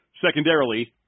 secondarily